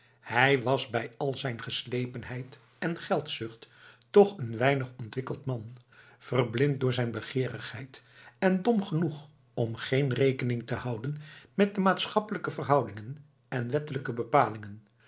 hij was bij al zijn geslepenheid en geldzucht toch een weinig ontwikkeld man verblind door zijn begeerigheid en dom genoeg om geen rekening te houden met de maatschappelijke verhoudingen en wettelijke bepalingen